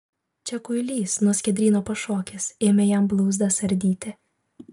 čia kuilys nuo skiedryno pašokęs ėmė jam blauzdas ardyti